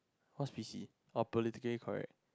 what's P_C oh politically correct